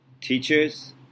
teachers